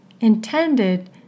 intended